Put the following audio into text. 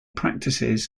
practices